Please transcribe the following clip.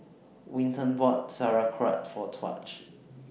Winton bought Sauerkraut For Tahj